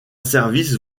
service